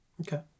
Okay